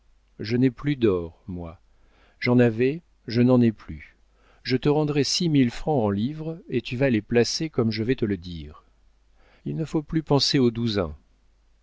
je n'ai plus d'or moi j'en avais je n'en ai plus je te rendrai six mille francs en livres et tu vas les placer comme je vais te le dire il ne faut plus penser au douzain quand